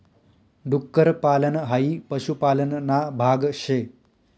डुक्कर पालन हाई पशुपालन ना भाग शे